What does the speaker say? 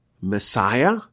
Messiah